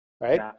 right